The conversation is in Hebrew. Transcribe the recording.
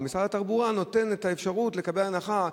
ומשרד התחבורה נותן את האפשרות לקבל הנחה,